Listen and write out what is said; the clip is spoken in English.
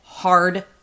hard